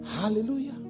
Hallelujah